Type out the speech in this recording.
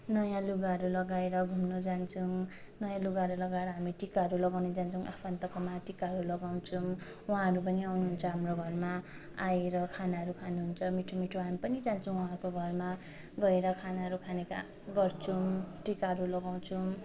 नयाँ लुगाहरू लगाएर घुम्नु जान्छौँ नयाँ लुगाहरू लगाएर हामी टीकाहरू लगाउन जान्छुौँ आफन्तकोमा टीकाहरू लगाउँछौँ उहाँहरू पनि आउनु हुन्छ हाम्रो घरमा आएर खानाहरू खानु हुन्छ मिठो मिठो हामी पनि जान्छौँ उहाँको घरमा गएर खानाहरू खाने काम गर्छौँ टीकाहरू लगाउँछौँ